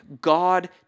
God